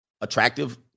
attractive